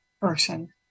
person